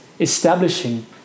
establishing